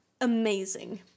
amazing